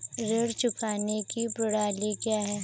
ऋण चुकाने की प्रणाली क्या है?